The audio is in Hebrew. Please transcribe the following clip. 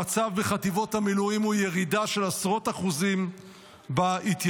המצב בחטיבות המילואים הוא ירידה של עשרות אחוזים בהתייצבות.